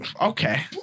Okay